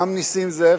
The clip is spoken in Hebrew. גם נסים זאב,